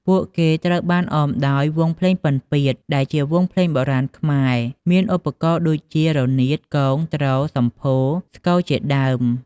ពួកគេត្រូវបានអមដោយ វង់ភ្លេងពិណពាទ្យ ដែលជាវង់ភ្លេងបុរាណខ្មែរ មានឧបករណ៍ដូចជា រនាត គង ទ្រ សំភោរ ស្គរជាដើម។